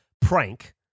prank